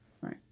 Right